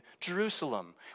Jerusalem